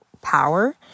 power